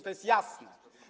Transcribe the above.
To jest jasne.